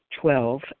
Twelve